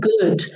good